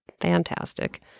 fantastic